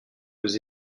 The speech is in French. aux